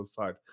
side